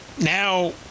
now